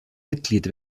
mitglied